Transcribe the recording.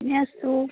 এনেই আছোঁ